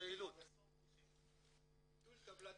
--- ביטול טבלת